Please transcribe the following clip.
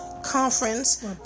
conference